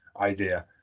idea